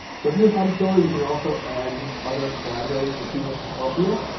with and the project builder you can also add other collaborators or people to help you.